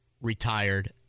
retired